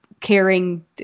caring